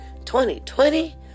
2020